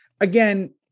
again